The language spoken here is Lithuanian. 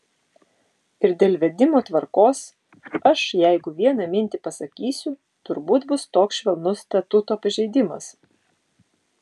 ir dėl vedimo tvarkos aš jeigu vieną mintį pasakysiu turbūt bus toks švelnus statuto pažeidimas